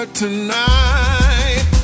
tonight